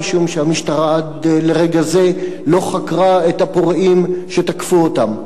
משום שהמשטרה עד לרגע זה לא חקרה את הפורעים שתקפו אותם.